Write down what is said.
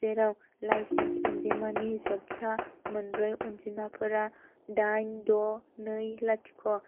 जेराव लाइसेन्स अनजिमानि जोबथा मोनब्रै अनजिमाफोरा दाइन द' नै लाथिख'